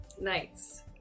nice